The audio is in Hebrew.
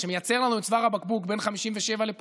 מה שמייצר לנו את צוואר הבקבוק בין 57 לפולג